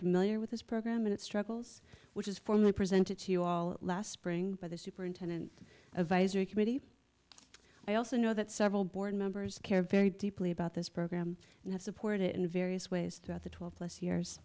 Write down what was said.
familiar with this program and it struggles which is formally presented to you all last spring by the superintendent advisory committee i also know that several board members care very deeply about this program and have supported it in various ways throughout the twelve plus years